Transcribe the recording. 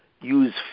use